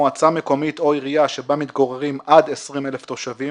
מועצה מקומית או עירייה שבה מתגוררים עד 20 אלף תושבים,